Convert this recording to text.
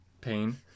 Pain